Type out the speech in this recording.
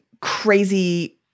crazy